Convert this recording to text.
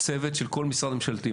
צוות של כל משרד ממשלתי,